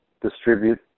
distribute